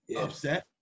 upset